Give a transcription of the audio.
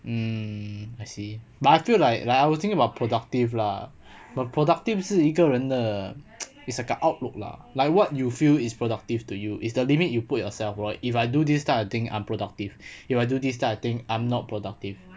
mm I see but I feel like I will think about productive lah but productive 是一个人的 it's like a outlook lah like what you feel is productive to you is the limit you put yourself or if I do this type of thing I'm productive if I do this type of thing I'm not productive